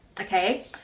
okay